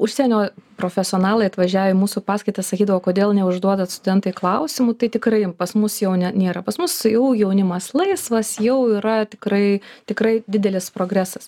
užsienio profesionalai atvažiavę į mūsų paskaitas sakydavo kodėl neužduodat studentai klausimų tai tikrai pas mus jau ne nėra pas mus jau jaunimas laisvas jau yra tikrai tikrai didelis progresas